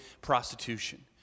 prostitution